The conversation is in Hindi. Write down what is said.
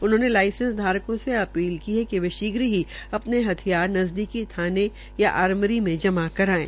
उन्होंने लाइसेंस धारकों से अपील की कि वे शीघ ही अपने हथियार नजदीकी थाने या आर्मटी मे जमा करायें